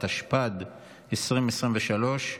התשפ"ד 2023,